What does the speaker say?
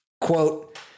quote